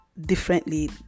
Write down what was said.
differently